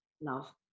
love